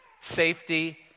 safety